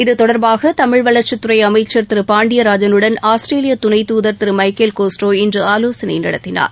இதுதொடர்பாக தமிழ் வளர்ச்சித் துறை அமைச்சர் திரு க பாண்டியராஜனுடன் ஆஸ்திரேலிய துணை தூதர் திரு மைக்கேல் கோஸ்டா இன்று ஆலோசனை நடத்தினார்